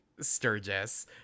Sturgis